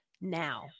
now